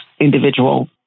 individual